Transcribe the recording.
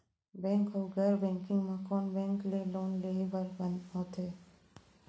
Bank अऊ गैर banking म कोन बैंक ले लोन लेहे बर बने होथे?